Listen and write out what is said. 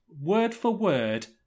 word-for-word